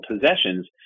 possessions